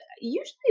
usually